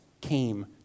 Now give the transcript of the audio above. came